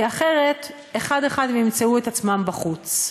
כי אחרת אחד-אחד הם ימצאו את עצמם בחוץ.